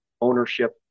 ownership